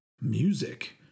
music